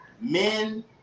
men